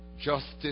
justice